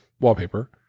wallpaper